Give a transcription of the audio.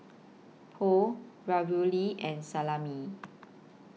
Pho Ravioli and Salami